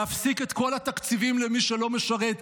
להפסיק את כל התקציבים למי שלא משרת,